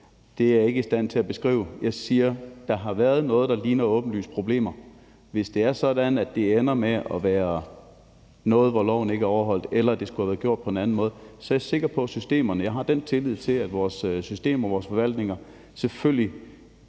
Det er jeg ikke i stand til at beskrive. Jeg siger, at der har været noget, der ligner åbenlyse problemer. Hvis det er sådan, at det ender med at være noget, hvor loven ikke er overholdt, eller at det skulle have været gjort på en anden måde, er jeg sikker på, at systemerne virker. Jeg har tillid til, at vores systemer og forvaltninger selvfølgelig